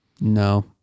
No